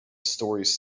stories